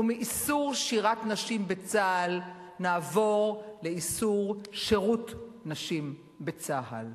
ומאיסור שירת נשים בצה"ל נעבור לאיסור שירות נשים בצה"ל.